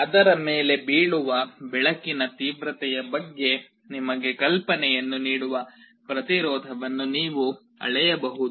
ಅದರ ಮೇಲೆ ಬೀಳುವ ಬೆಳಕಿನ ತೀವ್ರತೆಯ ಬಗ್ಗೆ ನಿಮಗೆ ಕಲ್ಪನೆಯನ್ನು ನೀಡುವ ಪ್ರತಿರೋಧವನ್ನು ನೀವು ಅಳೆಯಬಹುದು